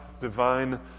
divine